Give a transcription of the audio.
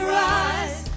rise